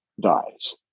dies